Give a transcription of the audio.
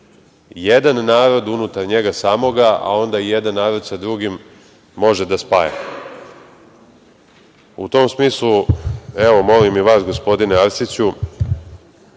jedan narod unutar njega samoga, a onda i jedan narod sa drugim može da spaja.U tom smislu, evo, molim i vas gospodine Arsiću